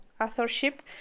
authorship